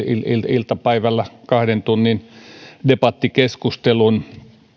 iltapäivällä kahden tunnin debattikeskustelun